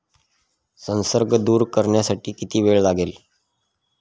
संसर्ग दूर करण्यासाठी किती वेळ लागेल?